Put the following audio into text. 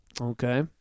okay